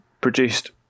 produced